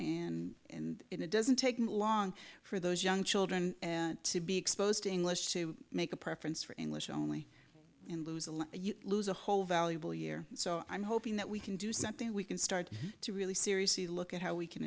and it doesn't take long for those young children to be exposed to english to make a preference for english only in lose you lose a whole valuable year so i'm hoping that we can do something we can start to really seriously look at how we can